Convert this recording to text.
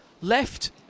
left